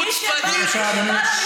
חוצפנית.